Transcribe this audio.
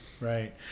right